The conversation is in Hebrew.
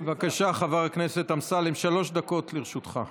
בבקשה, חבר הכנסת אמסלם, שלוש דקות לרשותך.